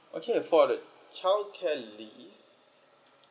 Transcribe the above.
okay for the childcare leave